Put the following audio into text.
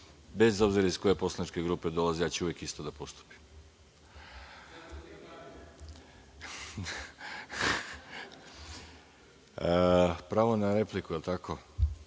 bez obzira iz koje poslaničke grupe dolazi, ja ću uvek isto da postupim. Pravo na repliku ima